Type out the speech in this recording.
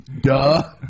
Duh